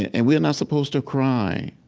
and we're not supposed to cry.